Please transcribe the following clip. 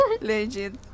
Legit